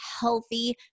healthy